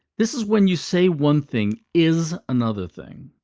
this is when you say one thing is another thing,